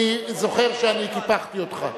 אני זוכר שאני קיפחתי אותך.